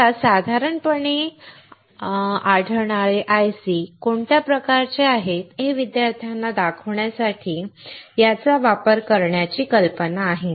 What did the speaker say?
तुम्हाला साधारणपणे आढळणारे IC कोणत्या प्रकारचे आहेत हे विद्यार्थ्यांना दाखवण्यासाठी याचा वापर करण्याची कल्पना आहे